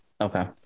Okay